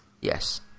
Yes